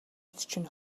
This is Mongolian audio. чинь